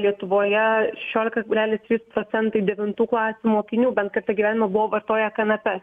lietuvoje šešiolika kablelis trys procentai devintų klasių mokinių bent kartą gyvenime buvo vartoję kanapes